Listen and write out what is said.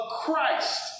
Christ